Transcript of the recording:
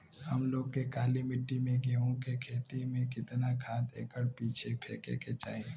हम लोग के काली मिट्टी में गेहूँ के खेती में कितना खाद एकड़ पीछे फेके के चाही?